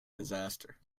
disaster